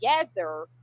together